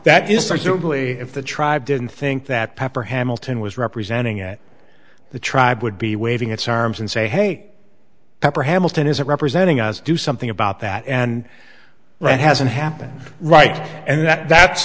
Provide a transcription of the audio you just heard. arguably if the tribe didn't think that pepper hamilton was representing it the tribe would be waving its arms and say hey pepper hamilton is representing us do something about that and that hasn't happened right and that that's